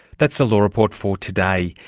that's the law report for today.